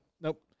Nope